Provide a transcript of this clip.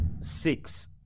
six